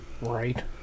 right